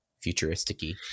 futuristic-y